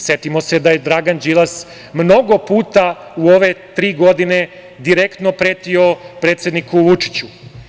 Setimo se da je Dragan Đilas mnogo puta u ove tri godine direktno pretio predsedniku Vučiću.